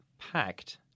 packed